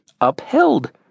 upheld